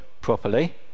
properly